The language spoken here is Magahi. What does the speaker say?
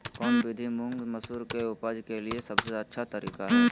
कौन विधि मुंग, मसूर के उपज के लिए सबसे अच्छा तरीका है?